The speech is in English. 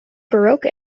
baroque